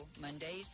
Mondays